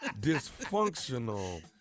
dysfunctional